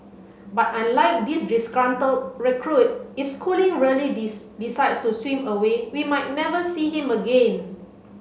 but unlike this disgruntled recruit if Schooling really decides to swim away we might never see him again